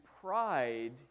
pride